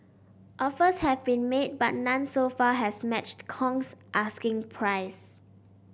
offers have been made but none so far has matched Kong's asking price